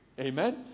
Amen